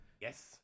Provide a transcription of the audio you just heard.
yes